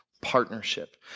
partnership